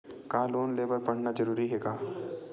का लोन ले बर पढ़ना जरूरी हे का?